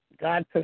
God